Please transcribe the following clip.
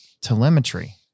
telemetry